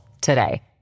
today